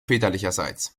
väterlicherseits